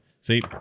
See